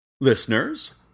Listeners